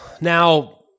Now